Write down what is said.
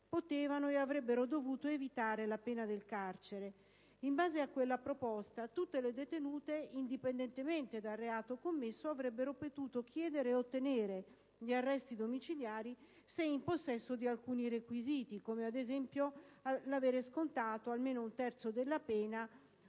potevano e avrebbero dovuto evitare la pena del carcere. In base a quella proposta, tutte le detenute, indipendentemente dal reato commesso, avrebbero potuto chiedere e ottenere gli arresti domiciliari se in possesso di alcuni requisiti, come, ad esempio, l'aver scontato almeno un terzo della pena,